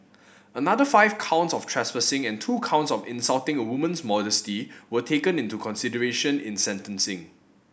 another five counts of trespassing and two counts of insulting a woman's modesty were taken into consideration in sentencing